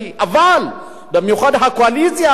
אבל במיוחד הקואליציה הזאת,